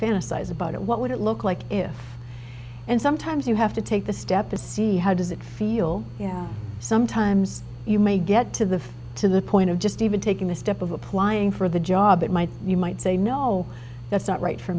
it what would it look like if and sometimes you have to take the step to see how does it feel yeah sometimes you may get to the to the point of just even taking the step of applying for the job it might you might say no that's not right for